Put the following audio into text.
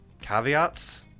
caveats